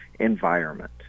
environment